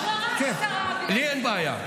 --- לי אין בעיה.